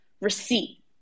receipt